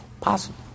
possible